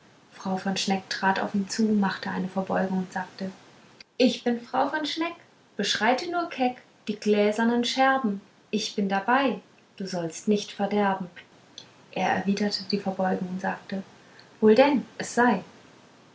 frau schneck trat auf ihn zu machte ihm eine verbeugung und sagte ich bin frau von schneck beschreite nur keck die gläsernen scherben ich bin dabei du sollst nicht verderben er erwiderte die verbeugung und sagte wohl denn es sei